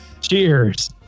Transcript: Cheers